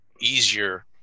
easier